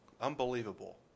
Unbelievable